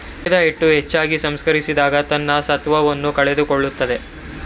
ಮೈದಾಹಿಟ್ಟನ್ನು ಹೆಚ್ಚು ಸಂಸ್ಕರಿಸಿದಾಗ ತನ್ನ ಸತ್ವವನ್ನು ಕಳೆದುಕೊಳ್ಳುತ್ತದೆ